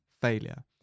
failure